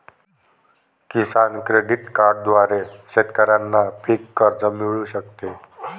किसान credit कार्डद्वारे शेतकऱ्यांना पीक कर्ज मिळू शकते